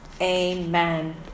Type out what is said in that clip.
Amen